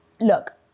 Look